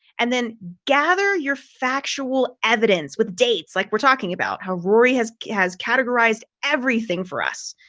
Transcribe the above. and then gather your factual evidence with dates, like we're talking about how rory has, has categorized everything for us.